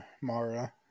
Mara